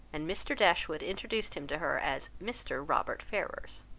and mr. dashwood introduced him to her as mr. robert ferrars.